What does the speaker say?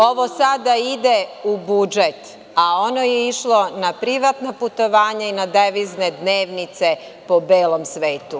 Ovo sada ide u budžet, a ono je išlo na privatna putovanja i na devizne dnevnice po belom svetu.